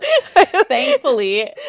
thankfully